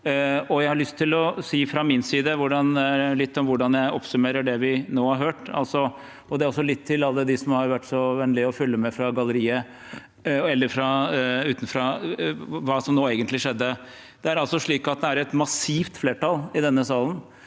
lyst til å si litt om hvordan jeg oppsummerer det vi nå har hørt. Det er også litt til alle dem som har vært så vennlige å følge med fra galleriet eller utenfra, om hva som nå egentlig skjedde. Det er altså slik at et massivt flertall i denne salen